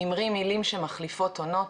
אמרי מילים שמחליפות עונות